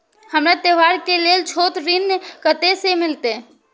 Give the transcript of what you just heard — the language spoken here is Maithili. हमरा त्योहार के लेल छोट ऋण कते से मिलते?